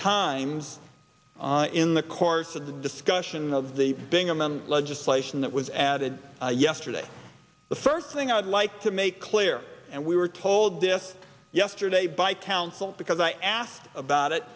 times in the course of the discussion of the bingaman legislation that was added yesterday the first thing i'd like to make clear and we were told this yesterday by council because i asked about it